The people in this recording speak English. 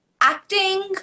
acting